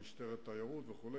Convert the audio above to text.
על משטרת תיירות וכו',